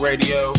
Radio